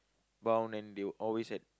bound and they'll always had